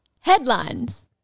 Headlines